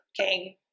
King